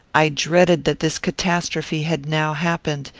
i dreaded that this catastrophe had now happened,